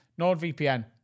NordVPN